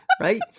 right